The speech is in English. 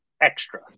extra